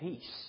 peace